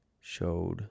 Showed